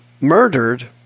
murdered